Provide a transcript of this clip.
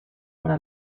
para